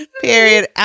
Period